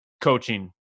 coaching